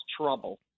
trouble